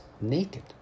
naked